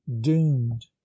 doomed